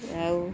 ଆଉ